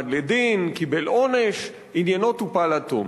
הועמד לדין, קיבל עונש, עניינו טופל עד תום.